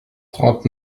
trente